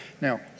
Now